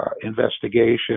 investigation